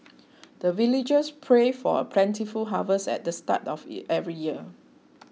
the villagers pray for a plentiful harvest at the start of yeah every year